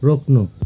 रोक्नु